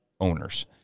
owners